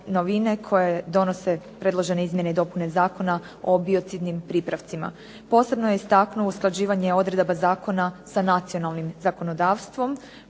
koje donose predložene izmjene i dopune Zakona o biocidnim pripravcima. Posebno je istaknuo usklađivanje odredbama zakona sa nacionalnim zakonodavstvom,